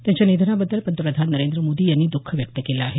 त्यांच्या निधनाबद्दल पंतप्रधान नरेंद्र मोदी यांनी द्ःख व्यक्त केलं आहे